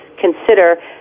consider